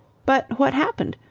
but what happened?